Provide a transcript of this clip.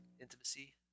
intimacy